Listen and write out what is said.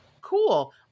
cool